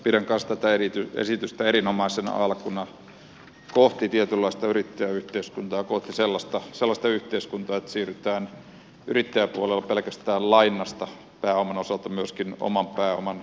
pidän kanssa tätä esitystä erinomaisena alkuna kohti tietynlaista yrittäjäyhteiskuntaa kohti sellaista yhteiskuntaa että siirrytään yrittäjäpuolella pelkästään lainasta pääoman osalta myöskin oman pääoman käyttöön